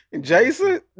Jason